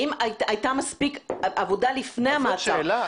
האם הייתה מספיק עבודה לפני המעצר?